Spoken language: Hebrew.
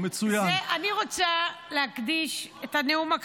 הגענו להסכמה.